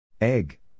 Egg